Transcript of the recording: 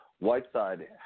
Whiteside